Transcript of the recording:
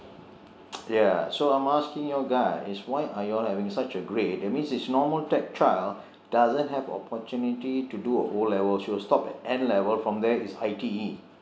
ya so I am asking you all guys why are you all having such a grade that means this normal tech child doesn't have the opportunity to do a O level should stop at n level from there is I_T_E